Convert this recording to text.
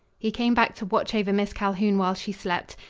he came back to watch over miss calhoun while she slept.